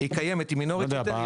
היא קיימת, היא מינורית יותר.